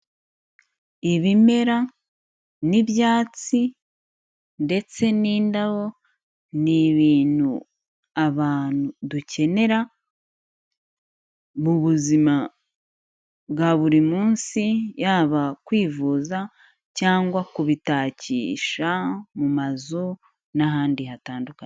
Ibimera n'ibyatsi ndetse n'indabo, ni ibintu abantu dukenera mu buzima bwa buri munsi, yaba kwivuza cyangwa kubitakisha mu mazu n'ahandi hatandukanye.